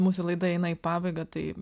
mūsų laida eina į pabaigą tai